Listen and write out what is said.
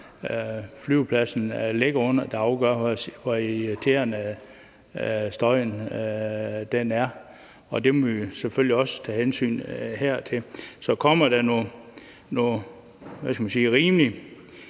flyvepladsen ligger under, der afgør, hvor irriterende støjen er, og det må vi selvfølgelig også tage hensyn til. Så kommer der noget rimelig